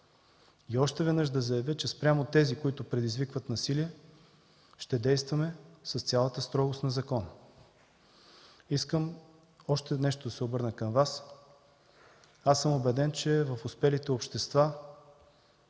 още веднъж да заявя, че спрямо тези, които предизвикват насилие, ще действаме с цялата строгост на закона. Искам да се обърна към Вас с още нещо. Убеден съм, че успелите общества